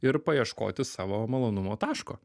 ir paieškoti savo malonumo taško